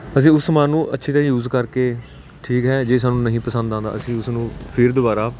ਅਸੀਂ ਉਸ ਸਮਾਨ ਨੂੰ ਅੱਛੀ ਤਰ੍ਹਾਂ ਯੂਜ ਕਰਕੇ ਠੀਕ ਹੈ ਜੇ ਸਾਨੂੰ ਨਹੀਂ ਪਸੰਦ ਆਉਂਦਾ ਅਸੀਂ ਉਸਨੂੰ ਫਿਰ ਦੁਬਾਰਾ